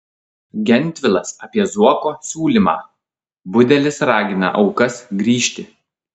gentvilas apie zuoko siūlymą budelis ragina aukas grįžti